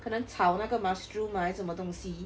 可能炒那个 mushroom ah 还是什么东西